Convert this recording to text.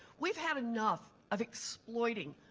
we've had enough of exploiting,